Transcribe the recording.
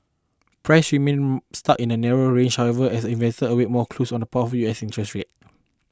prices remained stuck in a narrow range however as investors awaited more clues on the path of U S interest rates